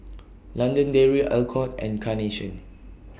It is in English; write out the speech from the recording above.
London Dairy Alcott and Carnation